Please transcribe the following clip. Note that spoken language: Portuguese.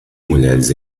mulheres